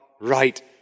right